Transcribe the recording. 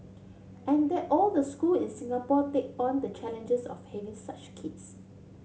and that all the school in Singapore take on the challenges of having such kids